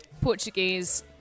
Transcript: Portuguese